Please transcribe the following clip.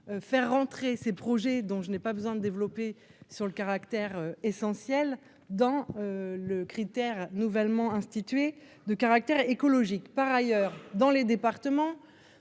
faire rentrer ces projets dont je n'ai pas besoin de développer sur le caractère essentiel dans le critère nouvellement institué de caractère écologique par ailleurs dans les départements,